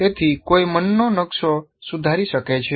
તેથી કોઈ મનનો નકશો સુધારી શકે છે